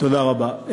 תודה רבה.